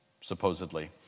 supposedly